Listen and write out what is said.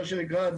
מה שנקרא,